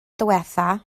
ddiwethaf